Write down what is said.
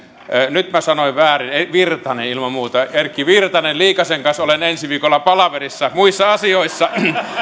nyt minä sanoin väärin virtanen ilman muuta erkki virtanen liikasen kanssa olen ensi viikolla palaverissa muissa asioissa